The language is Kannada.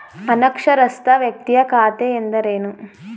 ಅನಕ್ಷರಸ್ಥ ವ್ಯಕ್ತಿಯ ಖಾತೆ ಎಂದರೇನು?